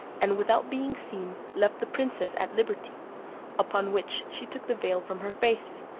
and without being seen, left the princess at liberty upon which, she took the veil from her face,